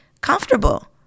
comfortable